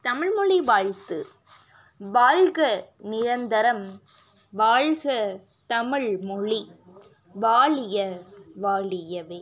தமிழ்மொழி வாழ்த்து வாழ்க நிரந்திரம் வாழ்க தமிழ்மொழி வாழிய வாழியவே